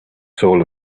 soul